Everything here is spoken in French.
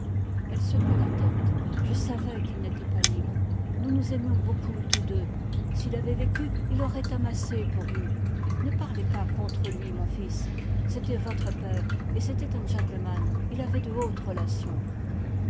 elle secoua la tête je savais qu'il n'était pas libre nous nous aimions beaucoup tous deux s'il avait vécu il aurait amassé pour nous ne parlez pas contre lui mon fils c'était votre père et c'était un gentleman il avait de hautes